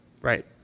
Right